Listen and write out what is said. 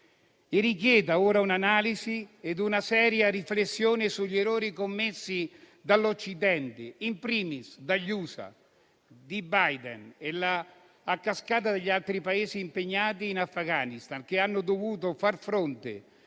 e richieda ora un'analisi e una seria riflessione sugli errori commessi dall'Occidente, *in primis* dagli Stati Uniti d'America di Biden e, a cascata, dagli altri Paesi impegnati in Afghanistan, che hanno dovuto far fronte